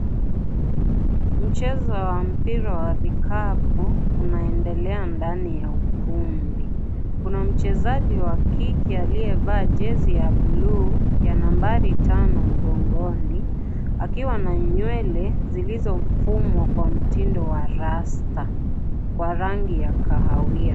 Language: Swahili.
Mchezo wa mpira wa vikapu, unaendelea ndani ya ukumbi. Kuna mchezaji wa kike aliyevaa jezi ya buluu ya nambari tano mgongoni, akiwa na nywele zilizofumwa kwa mtindo wa rasta. Kwa rangi ya kahawia.